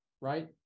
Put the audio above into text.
right